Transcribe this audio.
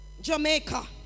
Jamaica